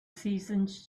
seasons